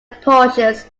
portions